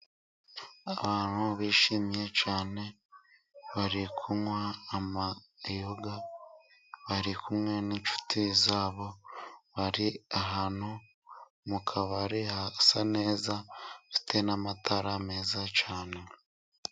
Abantu bishimye cyane bari kunywa amayoga. Bari kumwe n'inshuti zabo. Bari ahantu mu kabari harasa neza, hafite n'amatara meza cyane.